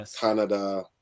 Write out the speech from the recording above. Canada